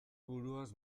buruaz